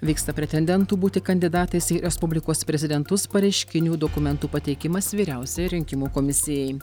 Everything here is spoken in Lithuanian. vyksta pretendentų būti kandidatais į respublikos prezidentus pareiškinių dokumentų pateikimas vyriausiajai rinkimų komisijai